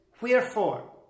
wherefore